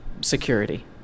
security